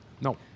No